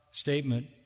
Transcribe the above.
statement